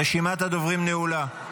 רשימת הדוברים נעולה.